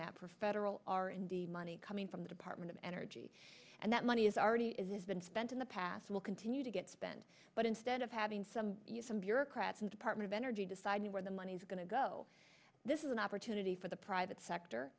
map for federal money coming from the department of energy and that money has already been spent in the past will continue to get spent but instead of having some some bureaucrats and department of energy deciding where the money is going to go this is an opportunity for the private sector